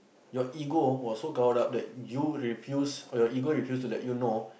your ego was so caught up that you refuse or your ego refuse to let you know